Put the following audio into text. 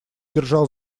держал